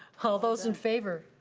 all those in favor?